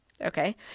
Okay